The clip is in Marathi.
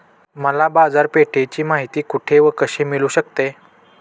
मला बाजारपेठेची माहिती कुठे व कशी मिळू शकते?